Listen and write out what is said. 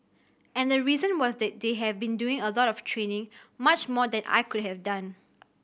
and the reason was they they had been doing a lot of training much more than I could have done